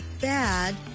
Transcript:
bad